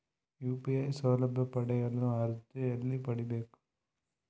UPI ಸೌಲಭ್ಯ ಪಡೆಯಲು ಅರ್ಜಿ ಎಲ್ಲಿ ಪಡಿಬೇಕು?